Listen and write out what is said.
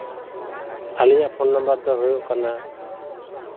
ᱟᱹᱞᱤᱧᱟᱜ phone number ᱫᱚ ᱦᱩᱭᱩᱜ ᱠᱟᱱᱟ